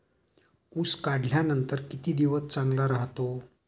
ऊस काढल्यानंतर किती दिवस चांगला राहतो?